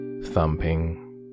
thumping